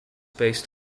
based